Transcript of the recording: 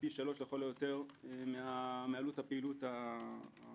פי שלושה לכל היותר מעלות הפעילות המפרה.